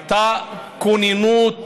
הייתה כוננות,